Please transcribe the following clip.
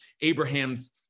Abraham's